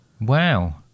Wow